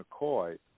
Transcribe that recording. McCoy